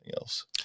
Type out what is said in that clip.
else